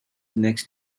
next